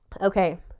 okay